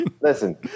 listen